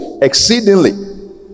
exceedingly